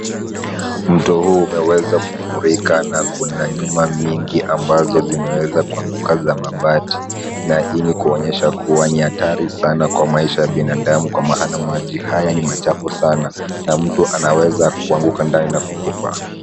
Mto huu umeweza kufurika na Kuna nyumba mingi ambazo zimeweza kuanguka za mabati na hii kuonyesha kuwa ni hatari sana kwa maisha ya binadamu kwa maana maji haya ni machafu sana na mtu anaweza kuanguka ndani na kukufa.